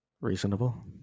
Reasonable